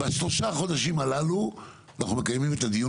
בשלושה חודשים הללו אנחנו מקיימים את הדיון